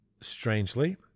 Strangely